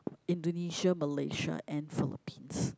Indonesia Malaysia and Philippines